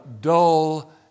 dull